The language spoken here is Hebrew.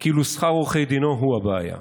כאילו שכר עורכי דינו הוא הבעיה.